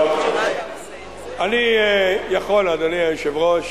אני יכול, אדוני היושב-ראש,